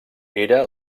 era